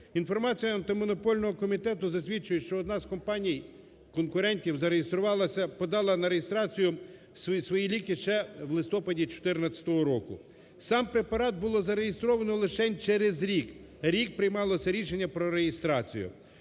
Інформація антимонопольного комітету засвідчує, що одна з компаній конкурентів зареєструвалася, подала на реєстрацію свої ліки ще в листопаді 2014 року. Сам препарат було зареєстровано лишень через рік, рік приймалося рішення про реєстрацію.